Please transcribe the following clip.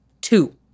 two